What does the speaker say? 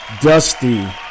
Dusty